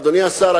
אדוני השר,